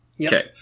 Okay